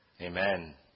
Amen